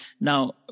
Now